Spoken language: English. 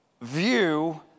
view